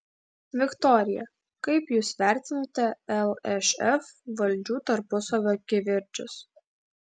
viktorija kaip jūs vertinate lšf valdžių tarpusavio kivirčus